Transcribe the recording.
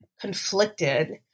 conflicted